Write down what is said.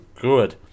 good